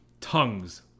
tongues